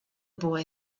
boy